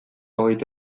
hogeita